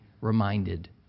reminded